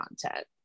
content